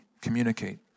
communicate